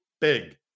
big